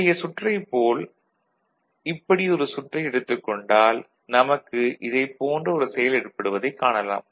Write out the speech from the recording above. முந்தையச் சுற்றைப் போல இப்படி ஒரு சுற்றை எடுத்துக் கொண்டால் நமக்கு இதைப் போன்ற ஒரு செயல் ஏற்படுவதைக் காணலாம்